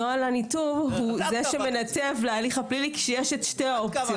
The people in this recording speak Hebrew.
נוהל הניתוב הוא שמנתב להליך הפלילי כאשר יש את שתי האופציות.